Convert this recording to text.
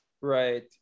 Right